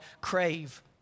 Crave